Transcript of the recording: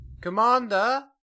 Commander